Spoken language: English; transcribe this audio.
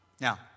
Now